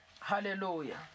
Hallelujah